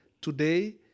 today